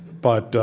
but,